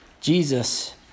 Jesus